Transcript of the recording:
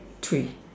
three